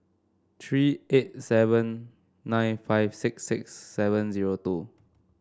three eight seven nine five six six seven zero two